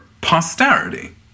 posterity